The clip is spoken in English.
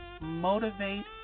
motivate